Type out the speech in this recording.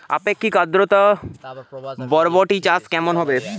আপেক্ষিক আদ্রতা বরবটি চাষ কেমন হবে?